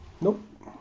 Nope